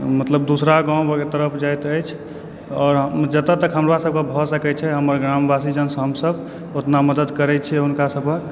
मतलब दोसरा गाँव तरफ जाइत अछि आओर जतए तक हमरा सभकऽ भऽ सकैत छै हमर ग्रामवासी आ हमसभ ओतना मदद करैत छी हुनकासभक